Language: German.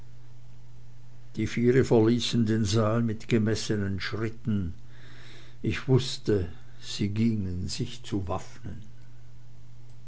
die viere verließen den saal mit gemessenen schritten ich wußte sie gingen sich zu waffnen